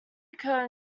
occur